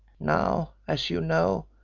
now, as you know,